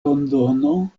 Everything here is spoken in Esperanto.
londono